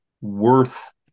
worth